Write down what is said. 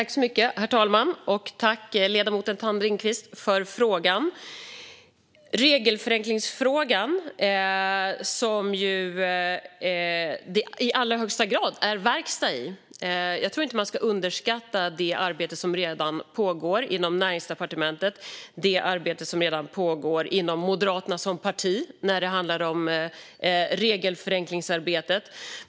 Herr talman! Tack, ledamoten Thand Ringqvist, för frågan! Frågan om regelförenkling är i allra högsta grad verkstad. Jag tror inte man ska underskatta det arbete som redan pågår inom Näringsdepartementet och inom Moderaterna som parti när det handlar om regelförenklingsarbetet.